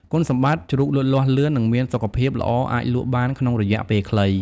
គុណសម្បត្តិ ជ្រូកលូតលាស់លឿន និងមានសុខភាពល្អអាចលក់បានក្នុងរយៈពេលខ្លី។